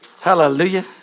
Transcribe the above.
Hallelujah